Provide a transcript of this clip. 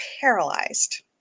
paralyzed